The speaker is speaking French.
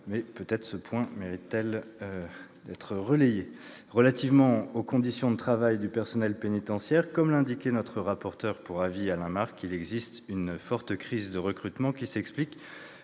et peut-être cette préoccupation mérite-t-elle d'être relayée. S'agissant des conditions de travail du personnel pénitentiaire, comme l'a indiqué notre rapporteur pour avis Alain Marc, il existe une forte crise de recrutement qui s'explique